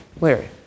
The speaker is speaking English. Larry